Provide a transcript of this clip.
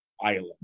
island